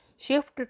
Shift